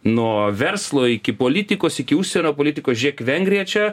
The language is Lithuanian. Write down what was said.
nuo verslo iki politikos iki užsienio politikos žiūrėk vengrija čia